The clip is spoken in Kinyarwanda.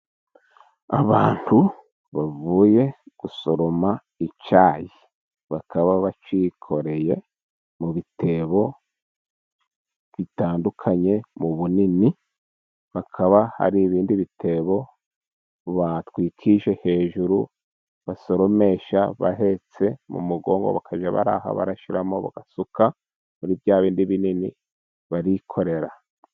Abantu bavuye gusoroma icyayi, bakaba bacyikoreye mu bitebo bitandukanye mu bunini. Hakaba hari ibindi bitebo batwikije hejuru, basoromesha bahetse mu mugongo, bakajya baraha barashyiramo bagasuka muri bya bindi binini barikorera.